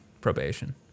probation